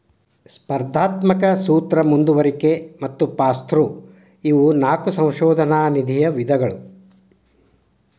ಸ್ಪರ್ಧಾತ್ಮಕ ಸೂತ್ರ ಮುಂದುವರಿಕೆ ಮತ್ತ ಪಾಸ್ಥ್ರೂ ಇವು ನಾಕು ಸಂಶೋಧನಾ ನಿಧಿಯ ವಿಧಗಳು